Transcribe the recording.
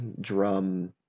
drum